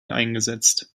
eingesetzt